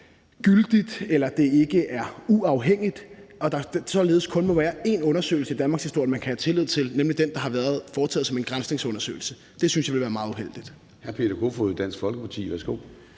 eller ikke er uafhængigt, og at der således kun må være én undersøgelse i danmarkshistorien, man kan have tillid til, nemlig den, der har været foretaget som en granskningsundersøgelse. Det synes jeg ville være meget uheldigt.